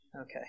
Okay